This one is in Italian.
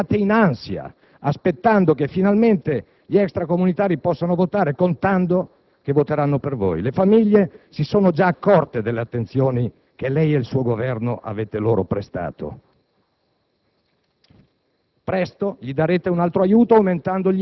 della tutela dei diritti dei nostri concittadini, di come siate in ansia aspettando che finalmente gli extracomunitari possano votare, contando che voteranno per voi. Le famiglie si sono già accorte delle attenzioni che lei e il suo Governo avete loro prestato.